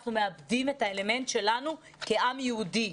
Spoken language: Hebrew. אנחנו מאבדים את האלמנט שלנו כעם יהודי.